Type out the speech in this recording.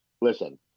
listen